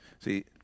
See